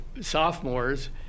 sophomores